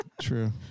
True